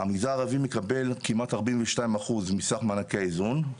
שהמגזר הערבי מקבל כמעט ארבעים ושניים אחוז מסך מענקי האיזון,